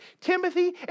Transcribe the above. Timothy